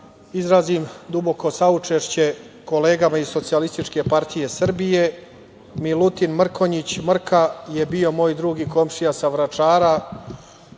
izrazim duboko saučešće kolegama iz Socijalističke partije Srbije. Milutin Mrkonjić Mrka je bio moj drug i komšija sa Vračara.